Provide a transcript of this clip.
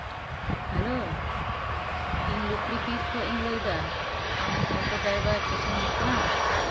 hello ᱤᱧ ᱞᱩᱠᱲᱤᱯᱤᱨ ᱠᱷᱚᱱᱤᱧ ᱞᱟᱹᱭᱫᱟ ᱟᱢ ᱚᱴᱳ ᱰᱨᱟᱭᱵᱷᱟᱨ ᱯᱨᱚᱥᱮᱱᱡᱤᱛ ᱠᱟᱱᱟᱢ